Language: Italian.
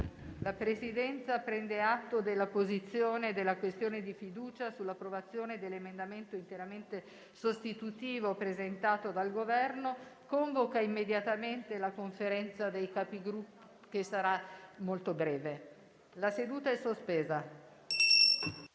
La Presidenza prende atto dell'apposizione della questione di fiducia sull'approvazione dell'emendamento interamente sostitutivo presentato dal Governo e convoco la Conferenza dei Capigruppo (che sarà molto breve) per